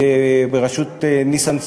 בראשות ניסן סלומינסקי.